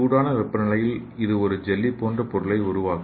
சூடான வெப்பநிலையில் இது ஒரு ஜெல்லி போன்ற பொருளை உருவாக்கும்